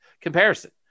comparison